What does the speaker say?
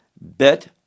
bet